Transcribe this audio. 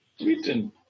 written